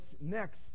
next